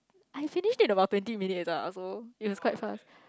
I finished it about twenty minutes uh so it is quite fast